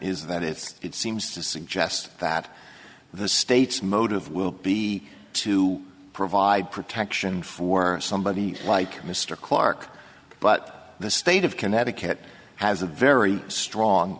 is that it's it seems to suggest that the state's motive will be to provide protection for somebody like mr clarke but the state of connecticut has a very strong